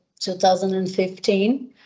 2015